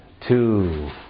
two